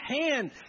hand